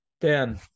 Dan